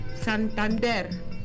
Santander